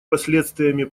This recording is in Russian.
последствиями